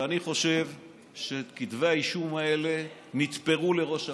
שאני חושב שכתבי האישום האלה נתפרו לראש הממשלה.